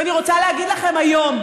ואני רוצה להגיד לכם היום: